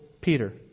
Peter